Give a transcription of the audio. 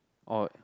or